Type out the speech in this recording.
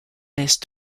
list